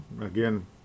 again